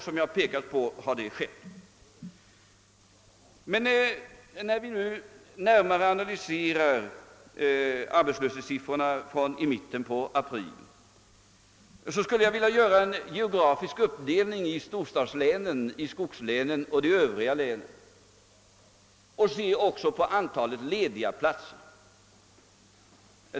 Såsom jag påpekat har detta också skett. Om jag närmare skall analysera arbetslöshetssiffrorna från mitten av april skulle jag vilja göra en geografisk uppdelning i storstadslän, skogslän och övriga län. Jag vill också ta med antalet lediga platser i bilden.